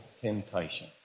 temptation